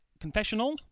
Confessional